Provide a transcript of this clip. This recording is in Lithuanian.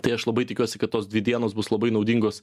tai aš labai tikiuosi kad tos dvi dienos bus labai naudingos